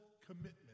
commitment